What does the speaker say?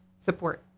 Support